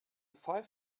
five